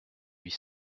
huit